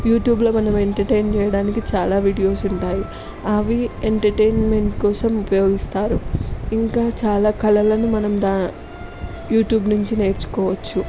యూట్యూబ్లో మనం ఎంటర్టైన్ చేయడానికి చాలా వీడియోస్ ఉంటాయి అవి ఎంటర్టైన్మెంట్ కోసం ఉపయోగిస్తారు ఇంకా చాలా కళలను మనం దాని యూట్యూబ్ నుంచి నేర్చుకోవచ్చు